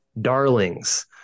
darlings